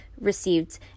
received